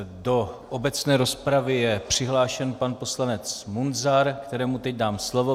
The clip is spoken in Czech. Do obecné rozpravy je přihlášen pan poslanec Munzar, kterému teď dám slovo.